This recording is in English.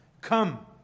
Come